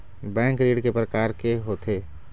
Bank ऋण के प्रकार के होथे?